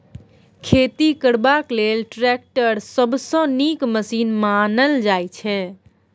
खेती करबा लेल टैक्टर सबसँ नीक मशीन मानल जाइ छै